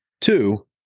Two